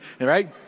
right